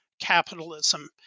capitalism